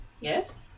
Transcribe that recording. Yes